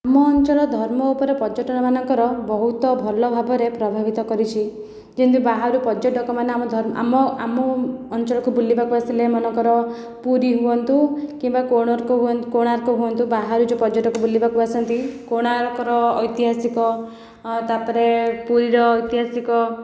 ଆମ ଅଞ୍ଚଳ ଧର୍ମ ଉପରେ ପର୍ଯ୍ୟଟନମାନଙ୍କର ବହୁତ ଭଲ ଭାବରେ ପ୍ରଭାବିତ କରିଛି ଯେମିତି ବାହାରୁ ପର୍ଯ୍ୟଟକ ମାନେ ଆମ ଆମ ଆମ ଅଞ୍ଚଳକୁ ବୁଲିବାକୁ ଆସିଲେ ମନେକର ପୁରୀ ହୁଅନ୍ତୁ କିମ୍ବା କୋଣାର୍କ ହୁଅନ୍ତୁ ବାହାରୁ ଯେଉଁ ପର୍ଯ୍ୟଟକ ବୁଲିବାକୁ ଆସନ୍ତି କୋଣାର୍କର ଐତିହାସିକ ତା'ପରେ ପୁରୀର ଐତିହାସିକ